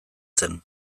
zen